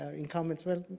ah in comments, ms.